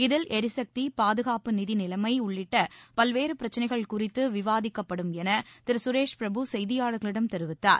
இதில் எரிசக்தி பாதுகாப்பு நிதிநிலைமை உள்ளிட்ட பிரச்சனைகள் குறித்து விவாதிக்கப்படும் என திரு சுரேஷ் பிரபு செய்தியாளர்களிடம் தெரிவித்தார்